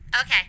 Okay